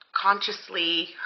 consciously